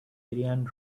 ariane